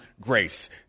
grace